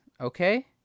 okay